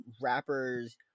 rappers